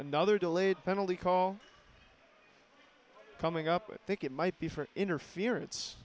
another delayed penalty call coming up with think it might be for interference